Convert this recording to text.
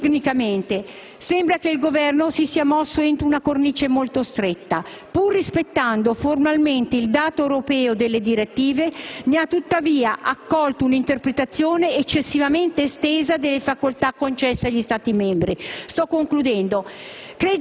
tecnicamente. Mi pare che il Governo si sia mosso entro una cornice molto stretta: pur rispettando formalmente il dato europeo delle direttive, ne ha tuttavia accolto un'interpretazione eccessivamente estesa delle facoltà concesse agli Stati membri. Credo